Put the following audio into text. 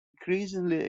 increasingly